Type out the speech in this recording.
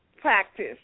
practice